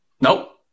Nope